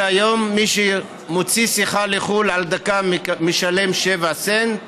היום מי שמוציא שיחה לחו"ל משלם על דקה 7 סנט.